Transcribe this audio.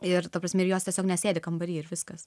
ir ta prasme ir jos tiesiog nesėdi kambary ir viskas